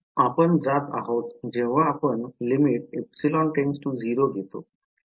आपण जात आहोत जेव्हा आपण घेतो